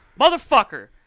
Motherfucker